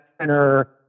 center